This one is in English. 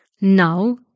Now